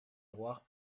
miroirs